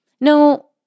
no